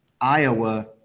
Iowa